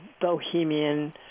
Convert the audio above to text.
bohemian